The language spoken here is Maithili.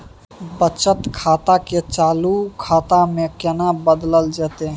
बचत खाता के चालू खाता में केना बदलल जेतै?